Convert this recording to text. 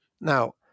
Now